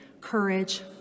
courage